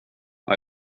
var